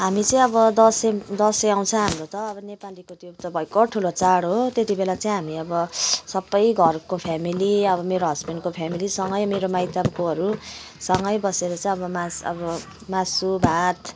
हामी चाहिँ अब दसैँ दसैँ आउँछ हाम्रो त अब नेपालीको त्यो त भयङ्कर ठुलो चाड हो त्यति बेला चाहिँ हामी अब सबै घरको फेमिली अब मेरो हजबेन्डको फेमिलीसँगै मेरो माइतकोहरूसँगै बसेर चाहिँ अब मासु अब मासु भात